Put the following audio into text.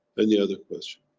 any other question.